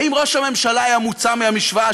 ואם ראש הממשלה היה מוצא מהמשוואה,